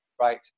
right